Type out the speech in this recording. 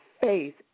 faith